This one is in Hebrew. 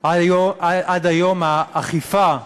עד היום האכיפה,